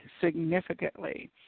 significantly